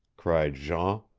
cried jean.